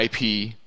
IP